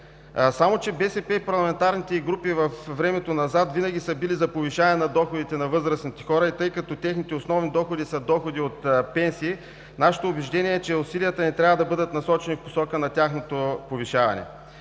БСП и парламентарните й групи във времето назад обаче винаги са били за повишаване на доходите на възрастните хора. Тъй като техните основни доходи са доходи от пенсия, нашите убеждения са, че усилията ни трябва да бъдат насочени в посока на тяхното повишаване.